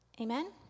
Amen